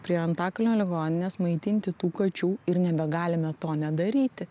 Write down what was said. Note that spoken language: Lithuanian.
prie antakalnio ligoninės maitinti tų kačių ir nebegalime to nedaryti